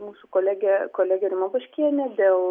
mūsų kolegė kolegė rima baškienė dėl